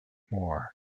more